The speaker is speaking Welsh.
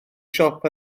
siop